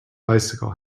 bicycle